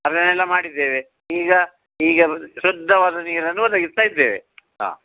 ಅದನೆಲ್ಲ ಮಾಡಿದ್ದೇವೆ ಈಗ ಈಗ ಶುದ್ಧವಾದ ನೀರನ್ನು ಒದಗಿಸ್ತ ಇದ್ದೇವೆ ಹಾಂ